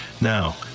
Now